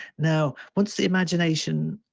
now once the imagination